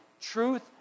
Truth